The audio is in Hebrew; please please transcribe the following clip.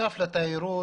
בנוסף לתיירות,